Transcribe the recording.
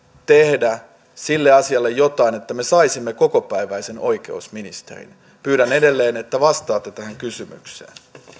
tehdä sille asialle jotain että me saisimme kokopäiväisen oikeusministerin pyydän edelleen että vastaatte tähän kysymykseen